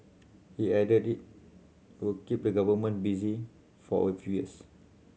he added it will keep the government busy for a few years